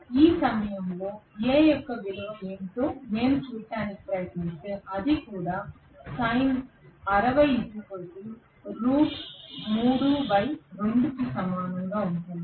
ఈ సమయంలో A యొక్క విలువ ఏమిటో నేను చూడటానికి ప్రయత్నిస్తే అది కూడా సమానంగా ఉంటుంది